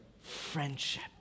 friendship